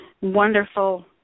wonderful